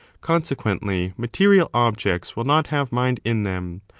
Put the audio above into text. consequently material objects will not have mind in them,